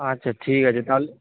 আচ্ছা ঠিক আছে তাহলে